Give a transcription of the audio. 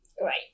Right